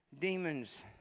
demons